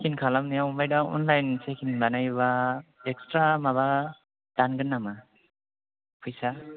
check in खालामनायाव ओमफ्राय दा अनलाइन चेक इन बानायोबा एक्सट्रा माबा दानगोन नामा फैसा